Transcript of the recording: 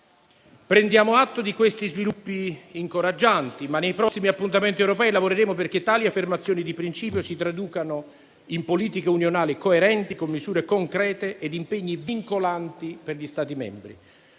Prendiamo atto di questi sviluppi incoraggianti, ma nei prossimi appuntamenti europei lavoreremo perché tali affermazioni di principio si traducano in politiche unionali coerenti, con misure concrete e impegni vincolanti per gli Stati membri.